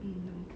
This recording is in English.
mm no